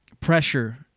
Pressure